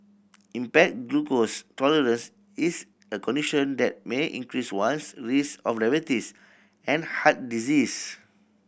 impaired glucose tolerance is a condition that may increase one's risk of diabetes and heart disease